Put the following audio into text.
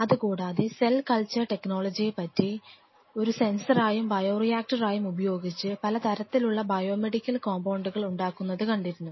അതുകൂടാതെ cell culture ടെക്നോളജിയെ ഒരു സെൻസറായും ബയോ റിയാക്ടറായും ഉപയോഗിച്ച് പലതരത്തിലുള്ള ബയോമെഡിക്കൽ കോമ്പൌണ്ടുകൾ ഉണ്ടാക്കുന്നത് കണ്ടിരുന്നു